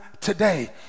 today